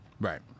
Right